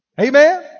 Amen